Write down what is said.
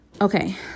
Okay